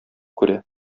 күрә